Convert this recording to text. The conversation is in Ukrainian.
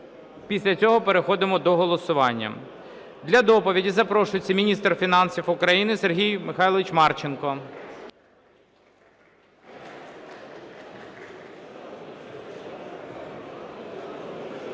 після цього переходимо до голосування. Для доповіді запрошується міністр фінансів України Сергій Михайлович Марченко.